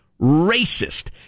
racist